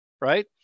Right